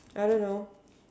I don't know